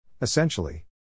Essentially